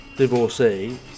Divorcee